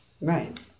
Right